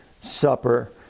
supper